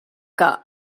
que